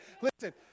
listen